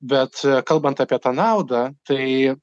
bet kalbant apie tą naudą tai